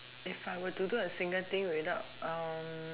if I were to do a single thing without